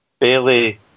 Bailey